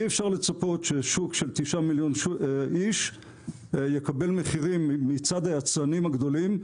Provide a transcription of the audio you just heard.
אי אפשר לצפות ששוק של 9 מיליון איש יקבל מחירים מצד היצרנים הגדולים,